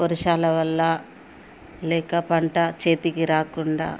వర్షాల వల్ల లేక పంట చేతికి రాకుండా